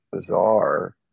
bizarre